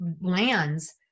lands